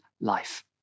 life